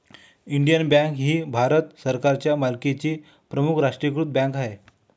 Indian bank ही भारत सरकारच्या मालकीची प्रमुख राष्ट्रीयीकृत बँक आहे